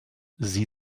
sie